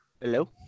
Hello